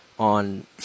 on